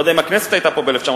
לא יודע אם הכנסת היתה פה ב-1952,